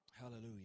hallelujah